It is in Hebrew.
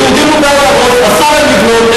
ליהודים מותר להרוס ואסור להם לבנות.